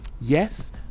Yes